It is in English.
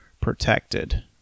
protected